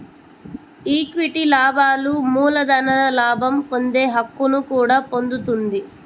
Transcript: equity లాభాలు మూలధన లాభం పొందే హక్కును కూడా పొందుతుంది